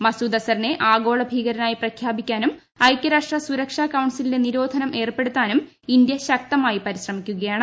മസൂദ് അസറിനെ ആഗോള ഭീകരനായി പ്രഖ്യാപിക്കാനും ഐക്യരാഷ്ട്ര സുരക്ഷാ കൌൺസിലിന്റെ നിരോധനം ഏർപ്പെടുത്താനും ഇന്ത്യ ശക്തമായി പരിശ്രമിക്കുകയാണ്